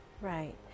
Right